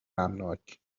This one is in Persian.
غمناک